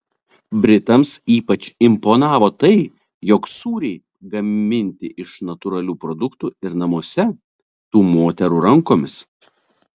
britams ypač imponavo tai jog sūriai gaminti iš natūralių produktų ir namuose tų moterų rankomis